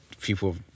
people